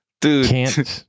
Dude